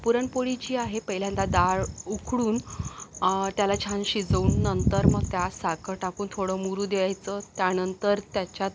पुरणपोळी जी आहे पहिल्यांदा डाळ उकडून त्याला छान शिजवून नंतर मग त्यात साखर टाकून थोडं मुरू द्यायचं त्यानंतर त्याच्यात